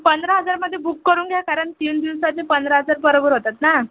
पंधरा हजारमध्ये बुक करून घ्या कारण तीन दिवसाचे पंधरा हजार बरोबर होतात ना